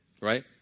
right